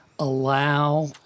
allow